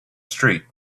street